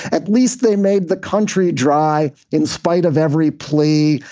at least they made the country dry in spite of every plea.